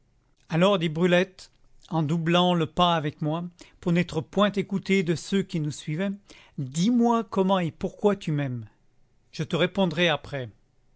alors dit brulette en doublant le pas avec moi pour n'être point écoutée de ceux qui nous suivaient dis-moi comment et pourquoi tu m'aimes je te répondrai après